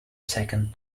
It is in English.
second